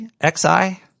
X-I